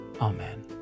Amen